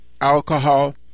alcohol